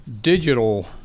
digital